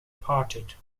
parted